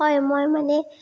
হয় মই মানে